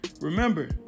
Remember